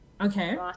Okay